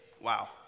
wow